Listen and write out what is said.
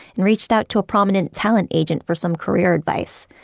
and reached out to a prominent talent agent for some career advice.